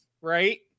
right